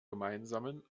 gemeinsamen